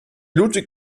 ludwig